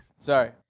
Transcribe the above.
Sorry